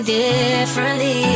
differently